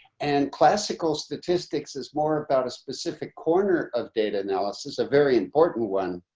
and classical statistics is more about a specific corner of data analysis, a very important one,